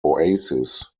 oasis